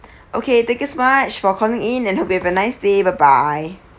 okay thank you so much for calling in and hope you have a nice day bye bye